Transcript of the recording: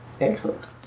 Excellent